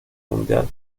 mundial